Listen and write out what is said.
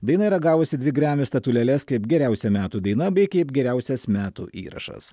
daina yra gavusi dvi grammy statulėles kaip geriausia metų daina bei kaip geriausias metų įrašas